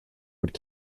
would